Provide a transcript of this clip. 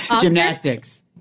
gymnastics